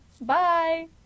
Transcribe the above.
bye